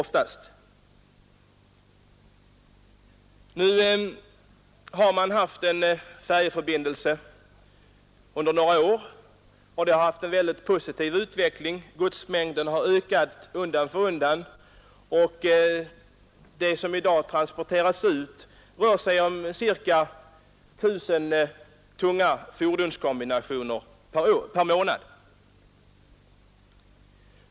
Man har haft en färjeförbindelse på den nämnda sträckan under några år och den har haft en mycket positiv utveckling. Godsmängden har ökat undan för undan och i dag uttransporteras ca 1 000 tunga fordonskombinationer per månad.